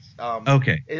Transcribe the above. Okay